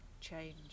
change